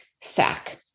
sack